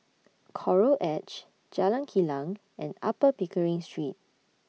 Coral Edge Jalan Kilang and Upper Pickering Street